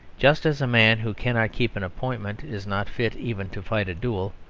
just as a man who cannot keep an appointment is not fit even to fight a duel,